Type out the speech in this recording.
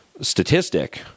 statistic